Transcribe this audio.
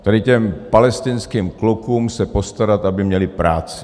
Tady těm palestinským klukům se postarat, aby měli práci.